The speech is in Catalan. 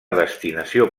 destinació